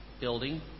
building